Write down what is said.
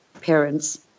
parents